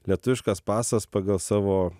lietuviškas pasas pagal savo